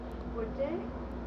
project